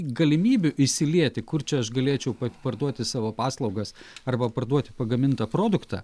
galimybių įsilieti kur čia aš galėčiau parduoti savo paslaugas arba parduoti pagamintą produktą